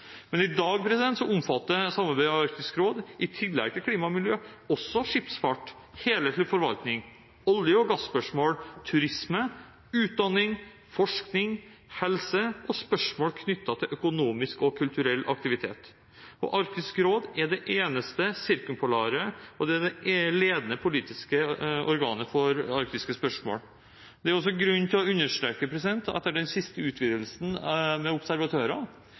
Men i dag omfatter samarbeidet i Arktisk råd i tillegg til klima og miljø også skipsfart, helhetlig forvaltning, olje- og gasspørsmål, turisme, utdanning, forskning, helse og spørsmål knyttet til økonomisk og kulturell aktivitet. Arktisk råd er også det eneste sirkumpolare og det ledende politiske organet for arktiske spørsmål. Det er også grunn til å understreke at etter den siste utvidelsen med observatører